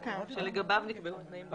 שלגביו נקבעו תנאים ברישיון.